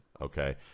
Okay